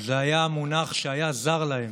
היה זר להם